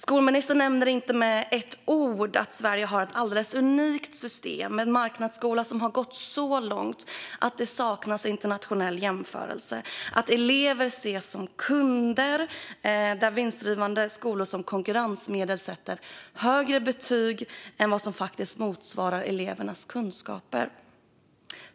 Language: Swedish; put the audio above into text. Skolministern nämner inte med ett ord att Sverige har ett alldeles unikt system med marknadsskola som har gått så långt att det saknas internationell jämförelse. Det är ett system där elever ses som kunder och där vinstdrivande skolor som konkurrensmedel sätter högre betyg än vad som faktiskt motsvarar elevernas kunskaper.